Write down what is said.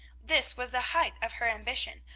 this was the height of her ambition,